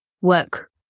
work